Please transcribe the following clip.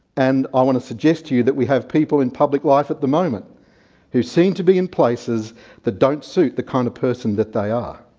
and i want to suggest to you that we have people in public life at the moment who seem to be in places that don't suit the kind of person that they are.